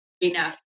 enough